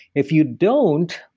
if you don't,